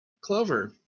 Clover